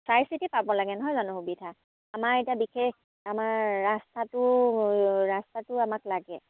চাই চিতি পাব লাগে নহয় জানো সুবিধা আমাৰ এতিয়া বিশেষ আমাৰ ৰাস্তাটো ৰাস্তাটো আমাক লাগে